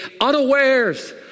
unawares